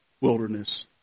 wilderness